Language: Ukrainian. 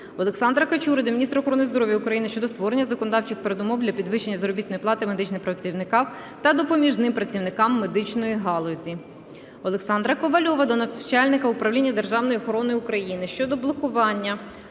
Олександра Качури до міністра охорони здоров'я України щодо створення законодавчих передумов для підвищення заробітної плати медичним працівникам та допоміжним працівникам медичної галузі. Олександра Ковальова до начальника Управління державної охорони України щодо блокування